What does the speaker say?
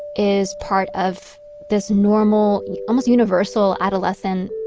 is part of this normal, almost universal adolescent